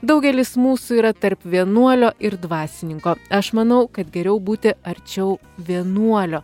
daugelis mūsų yra tarp vienuolio ir dvasininko aš manau kad geriau būti arčiau vienuolio